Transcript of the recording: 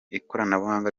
ikoranabuhanga